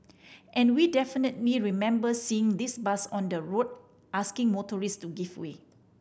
and we definitely remember seeing this bus on the road asking motorist to give way